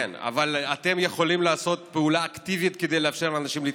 אבל אתם יכולים לעשות פעולה אקטיבית כדי לאפשר לאנשים להתחתן.